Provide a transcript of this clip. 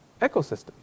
ecosystem